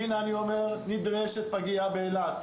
והנה אני אומר: נדרשת פגייה באילת,